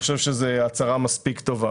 שאני חושב שזאת הצהרה מספיק טובה.